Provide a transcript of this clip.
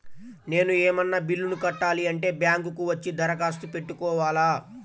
నేను ఏమన్నా బిల్లును కట్టాలి అంటే బ్యాంకు కు వచ్చి దరఖాస్తు పెట్టుకోవాలా?